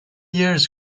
years